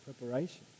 preparation